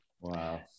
Wow